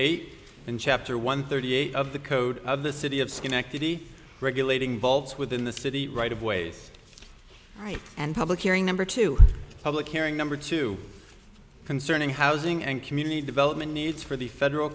eight and chapter one thirty eight of the code of the city of schenectady regulating volves within the city right of ways right and public hearing number two public hearing number two concerning housing and community development needs for the federal